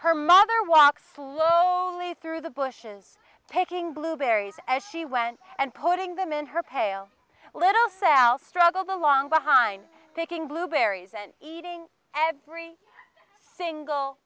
her mother walk slowly through the bushes picking blueberries as she went and putting them in her pail little south struggled along behind picking blueberries and eating every single